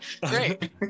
Great